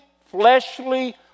fleshly